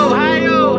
Ohio